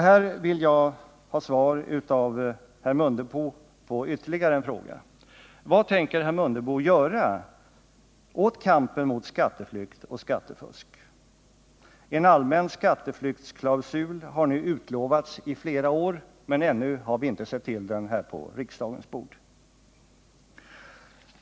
Här vill jag ha svar av herr Mundebo på ytterligare en fråga: Vad tänker herr Mundebo göra åt kampen mot skatteflykt och skattefusk? En allmän skatteflyktsklausul har nu utlovats i flera år, men ännu har vi inte sett till den på riksdagens bord.